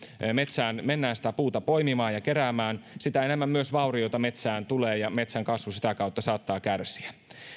metsään mennään sitä puuta poimimaan ja keräämään sitä enemmän myös vaurioita metsään tulee ja metsän kasvu sitä kautta saattaa kärsiä